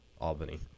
Albany